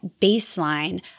baseline